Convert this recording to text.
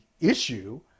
issue